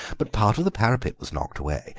but part of the parapet was knocked away,